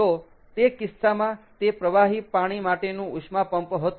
તો તે કિસ્સામાં તે પ્રવાહી પાણી માટેનું ઉષ્મા પંપ હતું